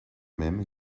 même